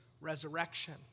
resurrection